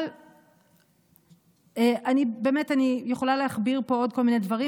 אבל אני באמת יכולה להכביר פה עוד כל מיני דברים,